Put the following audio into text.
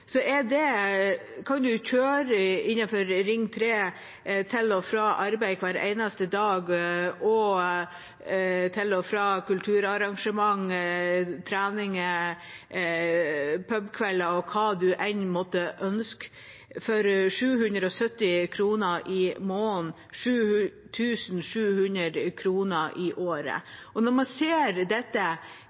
kan kjøre innenfor Ring 3 til og fra arbeid hver eneste dag og til og fra kulturarrangement, treninger, pubkvelder og hva man enn måtte ønske, for 770 kr i måneden, eller 7 700 kr i året, i perspektiv og